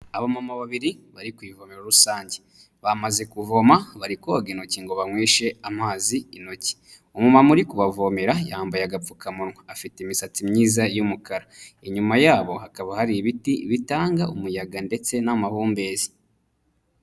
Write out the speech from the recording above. Abamama babiri bari ku ivomero rusange, bamaze kuvoma bari koga intoki ngo banyweshe amazi intoki, umumama uri kubavomera yambaye agapfukamunwa, afite imisatsi myiza y'umukara, inyuma yabo hakaba hari ibiti bitanga umuyaga ndetse n'amahumbezi.